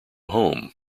home